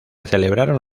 celebraron